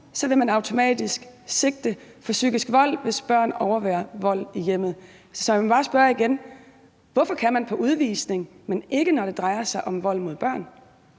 vil man automatisk sigte for psykisk vold, hvis børn overværer vold i hjemmet? Så jeg må bare spørge igen: Hvorfor kan man i forbindelse med udvisning, men ikke, når det drejer sig om vold mod børn?